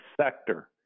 sector